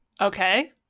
Okay